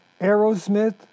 Aerosmith